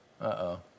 Uh-oh